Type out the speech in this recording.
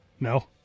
No